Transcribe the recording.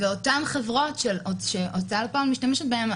ואותן החברות שההוצאה לפועל משתמשת בהן,